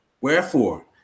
Wherefore